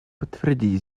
подтвердить